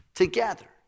Together